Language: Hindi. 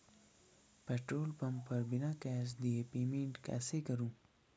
पेट्रोल पंप पर बिना कैश दिए पेमेंट कैसे करूँ?